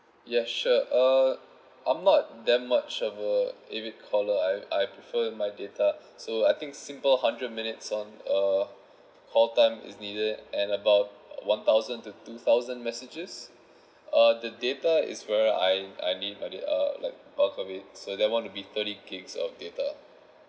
yes sure uh I'm not that much of a if it caller I I prefer my data so I think simple hundred minutes on uh call time is needed and about one thousand to two thousand messages uh the data is where I I need at it uh like bulk of it so that one will be thirty gigs of data